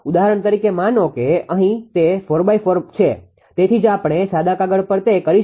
ઉદાહરણ તરીકે માનો કે અહીં તે 4×4 છે તેથી જ આપણે સાદા કાગળ પર તે કરી શકીએ છીએ